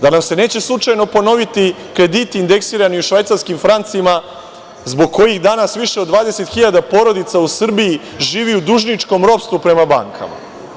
Da nam se slučajno neće ponoviti krediti indeksirani u švajcarskim francima, zbog kojih danas više od 20.000 porodica u Srbiji živi u dužničkom ropstvu prema bankama?